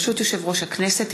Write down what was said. ברשות יושב-ראש הכנסת,